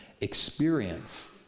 experience